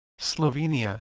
Slovenia